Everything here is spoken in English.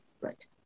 Right